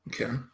okay